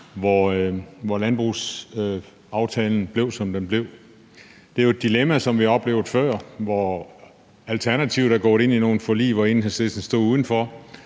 hvor landbrugsaftalen blev, som den blev. Det er jo et dilemma, som vi har oplevet før, hvor Alternativet er gået ind i nogle forlig, mens Enhedslisten stod udenfor,